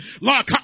Lord